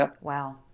Wow